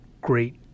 great